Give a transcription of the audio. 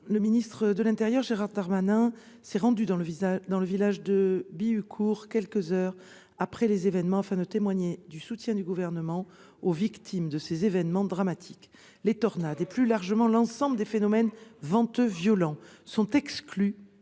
le ministre de l'intérieur, Gérald Darmanin, s'est rendu dans le village de Bihucourt quelques heures après ces événements dramatiques afin de témoigner du soutien du Gouvernement aux victimes. Les tornades et, plus largement, l'ensemble des phénomènes venteux violents sont en